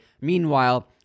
Meanwhile